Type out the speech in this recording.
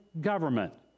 government